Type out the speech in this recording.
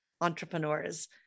entrepreneurs